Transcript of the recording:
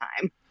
time